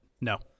No